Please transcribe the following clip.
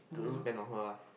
spend on her lah